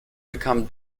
bekam